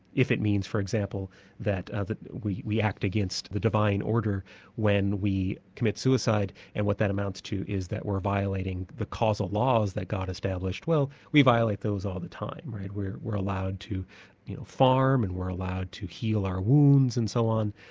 if it means for example that we we act against the divine order when we commit suicide, and what that amounts to is that we're violating the causal laws that god established, well we violate those all the time and we're we're allowed to you know farm and we're allowed to heal our wounds and so on,